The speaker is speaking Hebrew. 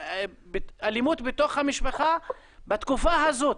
אלימות בתוך המשפחה בתקופה הזאת,